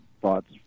thoughts